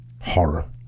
horror